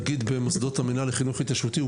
במוסדות המנהל לחינוך התיישבותי,